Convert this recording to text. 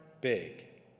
big –